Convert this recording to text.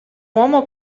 uomo